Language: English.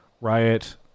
Riot